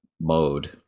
mode